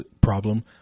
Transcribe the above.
problem